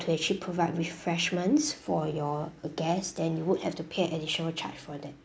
to actually provide refreshments for your guests than you would have to pay additional charge for them